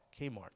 Kmart